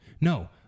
No